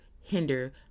hinder